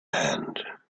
hand